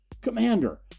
Commander